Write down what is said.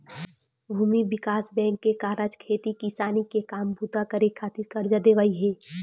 भूमि बिकास बेंक के कारज खेती किसानी के काम बूता करे खातिर करजा देवई हे